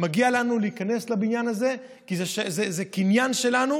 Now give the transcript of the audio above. מגיע לנו להיכנס לבניין הזה, כי זה קניין שלנו.